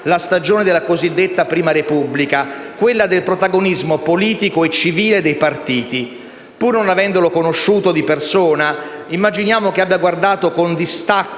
la stagione della cosiddetta Prima Repubblica, quella del protagonismo politico e civile dei partiti. Pur non avendolo conosciuto di persona, immaginiamo che abbia guardato con distacco